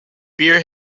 beer